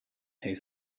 heeft